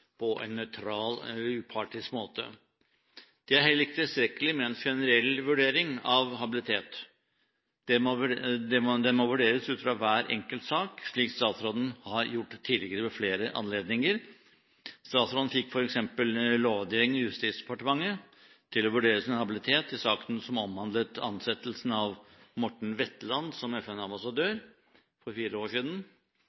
på en nøytral eller upartisk måte. Det er heller ikke tilstrekkelig med en generell vurdering av habilitet, det må vurderes ut fra hver enkelt sak, slik statsråden har gjort tidligere, ved flere anledninger. Statsråden fikk f.eks. Lovavdelingen i Justisdepartementet til å vurdere sin habilitet i saken som omhandlet ansettelsen av Morten Wetland som